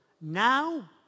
Now